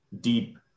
deep